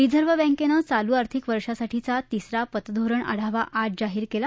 reserve बँकनं चालू आर्थिक वर्षासाठीचा तिसरा पतधोरण आढावा आज जाहीर केला